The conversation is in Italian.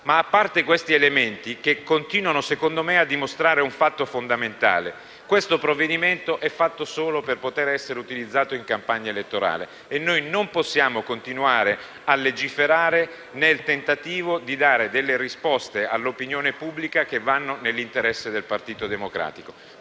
gli elementi che ho ricordato continuano, secondo me, a dimostrare un fatto fondamentale: questo provvedimento è fatto solo per poter essere utilizzato in campagna elettorale e noi non possiamo continuare a legiferare nel tentativo di dare delle risposte all'opinione pubblica che vanno nell'interesse del Partito Democratico.